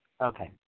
Okay